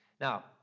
Now